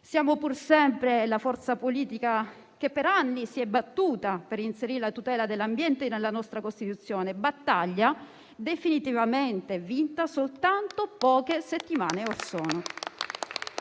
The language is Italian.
Siamo pur sempre la forza politica che per anni si è battuta per inserire la tutela dell'ambiente nella nostra Costituzione, battaglia definitivamente vinta soltanto poche settimane or sono.